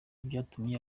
byatumye